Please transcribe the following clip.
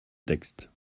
texte